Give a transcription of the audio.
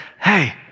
hey